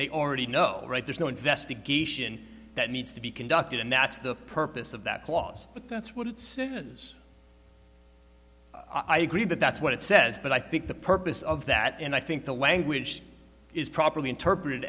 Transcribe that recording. they already know right there's no investigation that needs to be conducted and that's the purpose of that clause but that's what it is i agree that that's what it says but i think the purpose of that and i think the language is properly interpret